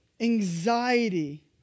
anxiety